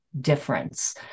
difference